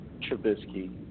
Trubisky